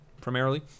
Primarily